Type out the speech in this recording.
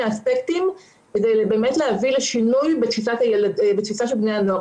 אספקטים כדי להביא לשינויי בתפיסה של בני הנוער.